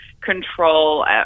control